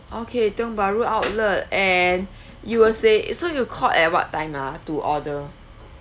okay tiong bahru outlet and you will say so you called at what time ah to order